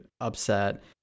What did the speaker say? upset